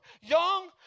young